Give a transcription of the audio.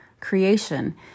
creation